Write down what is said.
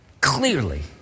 clearly